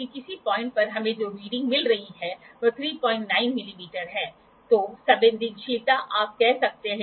जब कोई ऊंचाई h का स्लिप गेज बनाकर और स्लिप गेज के उपर एक रोलर के साथ साइन बार को सतह प्लेट पर रखकर ऊपरी सतह को चाहे हुए एंगल पर सेट किया जा सकता है